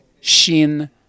Shin